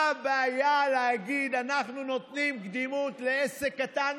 מה הבעיה להגיד: אנחנו נותנים קדימות לעסק קטן